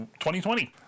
2020